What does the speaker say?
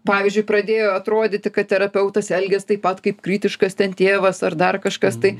pavyzdžiui pradėjo atrodyti kad terapeutas elgias taip pat kaip kritiškas ten tėvas ar dar kažkas tai